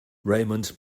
raymond